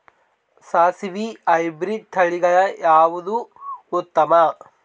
ಸಾಸಿವಿ ಹೈಬ್ರಿಡ್ ತಳಿಗಳ ಯಾವದು ಉತ್ತಮ?